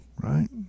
right